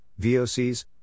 VOCs